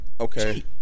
Okay